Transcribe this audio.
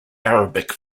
arabic